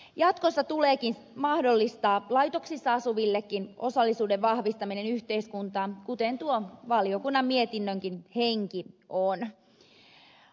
jatkossa tuleekin mahdollistaa laitoksissa asuvillekin osallisuuden vahvistaminen yhteiskuntaan kuten tuo valiokunnan mietinnönkin henki on